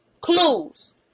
clues